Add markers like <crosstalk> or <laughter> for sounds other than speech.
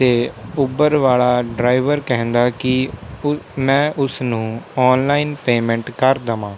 ਅਤੇ ਊਬਰ ਵਾਲਾ ਡਰਾਈਵਰ ਕਹਿੰਦਾ ਕਿ <unintelligible> ਮੈਂ ਉਸ ਨੂੰ ਔਨਲਾਈਨ ਪੇਮੈਂਟ ਕਰ ਦੇਵਾਂ